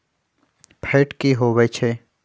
Fat की होवछै?